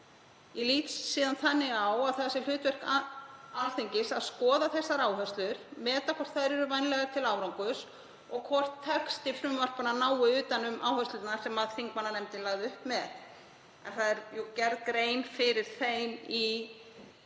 Ég lít þannig á að það sé hlutverk Alþingis að skoða þessar áherslur, meta hvort þær eru vænlegar til árangurs og hvort texti frumvarpanna nái utan um áherslurnar sem þingmannanefndin lagði upp með. Gerð er grein fyrir þeim að miklu leyti